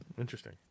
Interesting